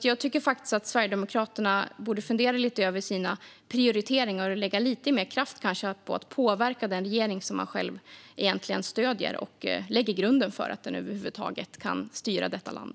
Jag tycker faktiskt att Sverigedemokraterna borde fundera lite över sina prioriteringar och kanske lägga lite mer kraft på att påverka den regering som man själv stöder - man lägger grunden för att den över huvud taget kan styra detta land.